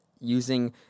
using